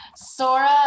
Sora